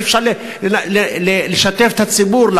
אי-אפשר לשתף את הציבור,